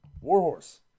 Warhorse